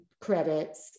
credits